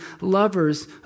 lovers